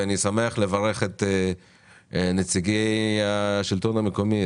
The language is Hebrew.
ואני שמח לברך את נציגי השלטון המקומי,